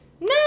no